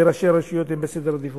וראשי הרשויות הן בסדר עדיפות אחר.